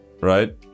right